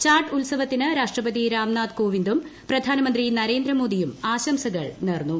ഛാട്ട് ഉത്സവത്തിന് രാഷ്ട്രപതി രാംനാഥ് കോവിന്ദും പ്ല്ധാനമന്ത്രി നരേന്ദ്രമോദിയും ആശംസകൾ നേർന്നു